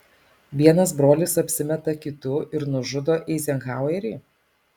vienas brolis apsimeta kitu ir nužudo eizenhauerį